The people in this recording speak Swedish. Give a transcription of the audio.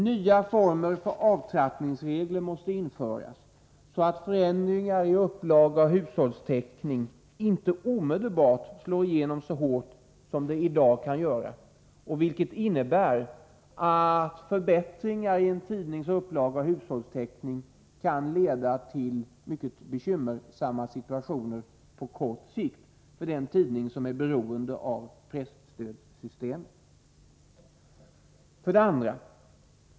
Nya avtrappningsregler måste införas, så att förändringar i upplaga och hushållstäckning inte omedelbart slår igenom så hårt som de i dag kan göra, när förbättringar i tidningsupplaga och hushållstäckning kan leda till mycket bekymmersamma situationer på kort sikt för den tidning som är beroende av presstödssystemet. 2.